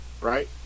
Right